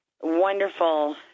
wonderful